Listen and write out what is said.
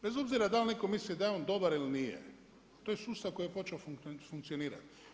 Bez obzira da li neko misli da je on dobar ili nije, to je sustav koji je počeo funkcionirati.